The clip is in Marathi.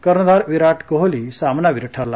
कर्णधार विरा कोहली सामनावीर ठरला